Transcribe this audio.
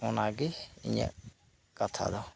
ᱚᱱᱟ ᱜᱮ ᱤᱧᱟᱹ ᱠᱟᱛᱷᱟ ᱫᱚ